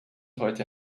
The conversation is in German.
heute